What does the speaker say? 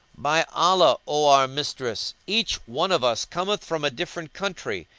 by allah, o our mistress, each one of us cometh from a different country,